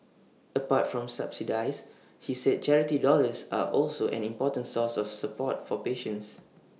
apart from subsidies he said charity dollars are also an important source of support for patients